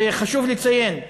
וחשוב לציין,